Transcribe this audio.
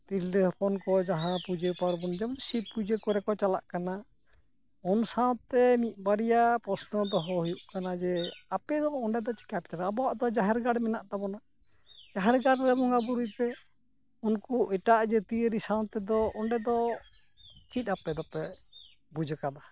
ᱛᱤᱨᱞᱟᱹ ᱦᱚᱯᱚᱱ ᱠᱚ ᱡᱟᱦᱟᱸ ᱯᱩᱡᱟᱹ ᱯᱟᱨᱵᱚᱱ ᱡᱮᱢᱚᱱ ᱥᱤᱵ ᱯᱩᱡᱟᱹ ᱠᱚᱨᱮᱠᱚ ᱪᱟᱞᱟᱜ ᱠᱟᱱᱟ ᱩᱱ ᱥᱟᱶᱛᱮ ᱢᱤᱫ ᱵᱟᱨᱭᱟ ᱯᱨᱚᱥᱱᱚ ᱫᱚᱦᱚ ᱦᱩᱭᱩᱜ ᱠᱟᱱᱟ ᱡᱮ ᱟᱯᱮ ᱫᱚ ᱚᱸᱰᱮ ᱫᱚ ᱪᱤᱠᱟᱹᱯᱮ ᱪᱟᱞᱟᱣ ᱟᱠᱟᱱᱟ ᱟᱵᱚᱣᱟᱜ ᱫᱚ ᱡᱟᱦᱮᱨ ᱜᱟᱲ ᱢᱮᱱᱟᱜ ᱛᱟᱵᱚᱱᱟ ᱡᱟᱦᱮᱨ ᱜᱟᱲ ᱨᱮ ᱵᱚᱸᱜᱟ ᱵᱩᱨᱩᱭ ᱯᱮ ᱩᱱᱠᱩ ᱮᱴᱟᱜ ᱡᱟᱹᱛᱤᱭᱟᱹᱨᱤ ᱥᱟᱶᱛᱮᱫᱚ ᱚᱸᱰᱮ ᱫᱚ ᱪᱮᱫ ᱟᱯᱮ ᱫᱚᱯᱮ ᱵᱩᱡ ᱠᱟᱫᱟ